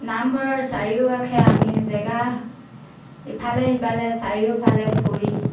নামঘৰৰ চাৰিওৱাকাষে আমি জেগা ইফালে সিফালে চাৰিওফালে ফুৰি